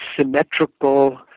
symmetrical